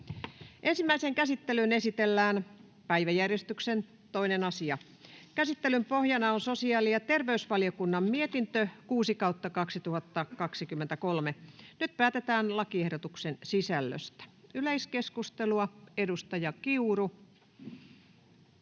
Ensimmäiseen käsittelyyn esitellään päiväjärjestyksen 2. asia. Käsittelyn pohjana on sosiaali- ja terveysvaliokunnan mietintö StVM 6/2023 vp. Nyt päätetään lakiehdotuksen sisällöstä. — Yleiskeskustelua, edustaja Kiuru.